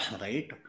right